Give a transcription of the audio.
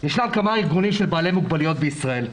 ישנם כמה ארגונים של בעלי מוגבלויות במדינת ישראל.